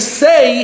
say